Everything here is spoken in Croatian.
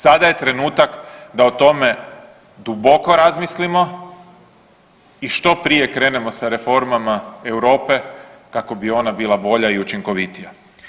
Sada je trenutak da o tome duboko razmislimo i što prije krenemo sa reformama Europe kako bi ona bila bolja i učinkovitija.